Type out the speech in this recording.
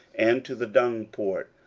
and to the dung port,